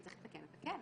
אם צריך לתקן, נתקן.